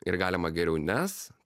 ir galima geriau nes